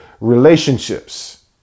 relationships